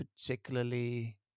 particularly